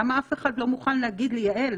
למה אף אחד לא מוכן להגיד לי: יעל,